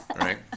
right